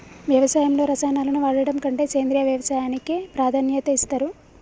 వ్యవసాయంలో రసాయనాలను వాడడం కంటే సేంద్రియ వ్యవసాయానికే ప్రాధాన్యత ఇస్తరు